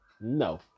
no